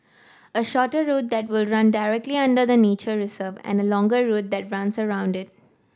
a shorter route that will run directly under the nature reserve and a longer route that runs around it